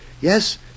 Yes